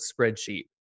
spreadsheet